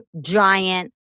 giant